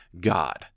God